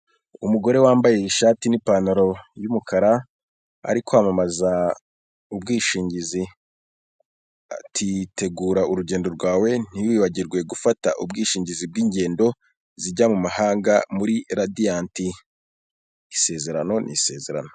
Umugore wambaye ishati n'ipantaro y'umukara ari kwamamaza ubwishingizi ati tegura urugendo rwawe ntiwibagirwe gufata ubwishingizi bwingendo zijya mumahanga muri radiyati isezerano ni isezerano.